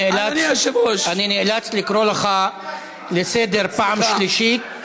מה זה הדבר הזה?